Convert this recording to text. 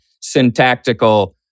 syntactical